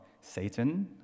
Satan